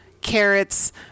carrots